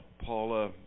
Paula